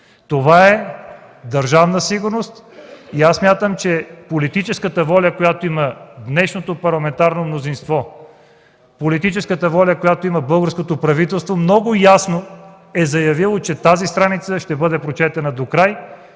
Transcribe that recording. Това е Държавна сигурност и аз смятам, че политическата воля, която има днешното парламентарно мнозинство, политическата воля, която има българското правителство, много ясно е заявило, че тази страница ще бъде прочетена докрай,